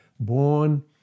born